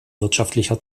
wirtschaftlicher